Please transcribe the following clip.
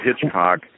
Hitchcock